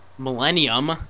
Millennium